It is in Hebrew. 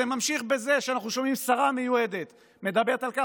זה ממשיך בזה שאנחנו שומעים שרה מיועדת מדברת על כך